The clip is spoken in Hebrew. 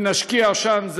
אם נשקיע שם,